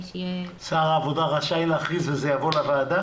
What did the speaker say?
שר העבודה רשאי להכריז, וזה יבוא לוועדה?